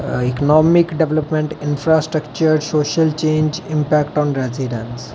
हां economic development infrastructure social change impact on residents